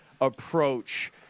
approach